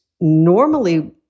normally